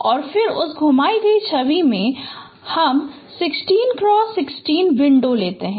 और फिर उस घुमाई गई छवि में अब हम एक 16x16 वर्ग विंडो लेते हैं